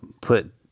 put